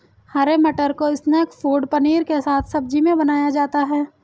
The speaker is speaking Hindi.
हरे मटर को स्नैक फ़ूड पनीर के साथ सब्जी में बनाया जाता है